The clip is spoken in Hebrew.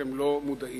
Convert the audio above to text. שאתם לא מודעים